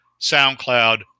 SoundCloud